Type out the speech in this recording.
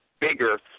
bigger